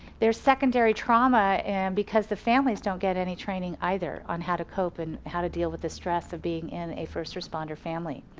their secondary trauma and because the families don't get any training either on how to cope and how to deal with the stress of being in a first responder family.